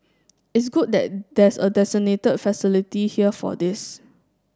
it's good that there's a designated facility here for this